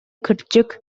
кырдьык